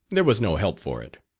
there was no help for it.